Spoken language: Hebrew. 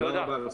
תודה רבה לכם.